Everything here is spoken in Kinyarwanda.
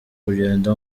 kugenda